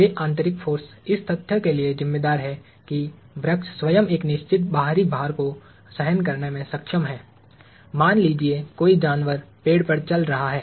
वे आतंरिक फ़ोर्स इस तथ्य के लिए जिम्मेदार हैं कि वृक्ष स्वयं एक निश्चित बाहरी भार को सहन करने में सक्षम है मान लीजिए कोई जानवर पेड़ पर चल रहा है